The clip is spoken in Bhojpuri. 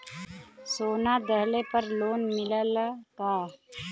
सोना दहिले पर लोन मिलल का?